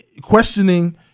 questioning